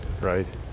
Right